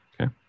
Okay